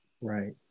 right